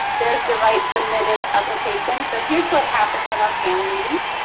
there's the right submitted application. so here's what happens in our panel meeting.